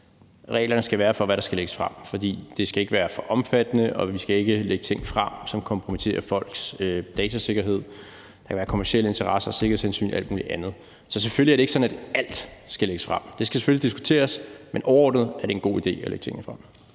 reglerne for, hvad der skal lægges frem, præcis skal være. For det skal ikke være for omfattende, og vi skal ikke lægge ting frem, som kompromitterer folks datasikkerhed. Der kan være kommercielle interesser, sikkerhedshensyn og alt muligt andet. Så selvfølgelig er det ikke sådan, at alt skal lægges frem. Det skal selvfølgelig diskuteres, men overordnet set er det en god idé at lægge tingene frem.